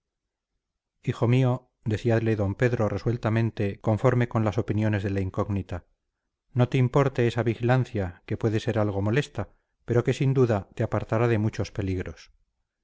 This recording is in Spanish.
hijo mío decíale d pedro resueltamente conforme con las opiniones de la incógnita no te importe esa vigilancia que puede ser algo molesta pero que sin duda te apartará de muchos peligros